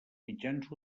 mitjans